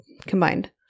combined